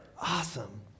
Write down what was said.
Awesome